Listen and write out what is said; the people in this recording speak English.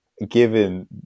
given